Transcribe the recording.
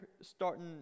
starting